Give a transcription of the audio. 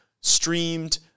streamed